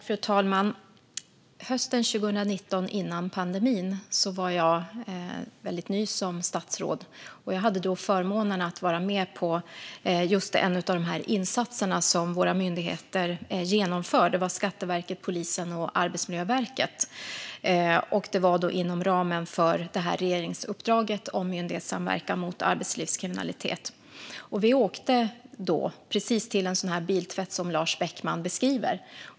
Fru talman! Hösten 2019, före pandemin, var jag väldigt ny som statsråd och hade förmånen att få vara med på en av de insatser som våra myndigheter genomför; det var Skatteverket, polisen och Arbetsmiljöverket. Insatsen skedde inom ramen för regeringsuppdraget om myndighetssamverkan mot arbetslivskriminalitet. Vi åkte till just en sådan biltvätt som Lars Beckman beskriver.